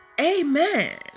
amen